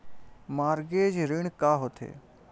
Mortgage ऋण का होथे?